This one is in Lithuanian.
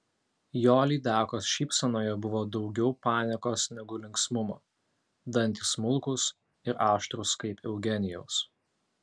jo lydekos šypsenoje buvo daugiau paniekos negu linksmumo dantys smulkūs ir aštrūs kaip eugenijaus